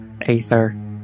Aether